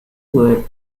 were